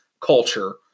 culture